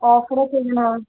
ഓഫറൊക്കെ എങ്ങനെയാണ്